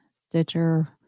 Stitcher